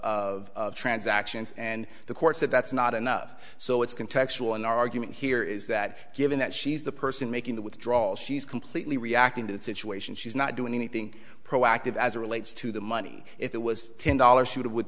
pattern of transactions and the court said that's not enough so it's contextual an argument here is that given that she's the person making the withdrawal she's completely reacting to the situation she's not doing anything proactive as relates to the money if it was ten dollars she would with